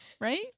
right